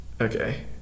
Okay